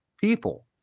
people